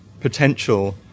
potential